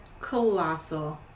colossal